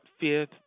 fifth